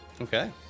Okay